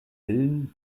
villen